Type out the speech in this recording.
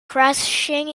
crashing